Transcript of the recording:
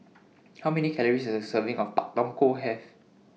How Many Calories Does A Serving of Pak Thong Ko Have